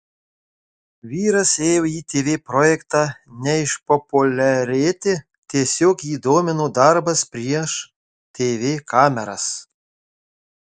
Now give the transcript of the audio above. vyras ėjo į tv projektą ne išpopuliarėti tiesiog jį domino darbas prieš tv kameras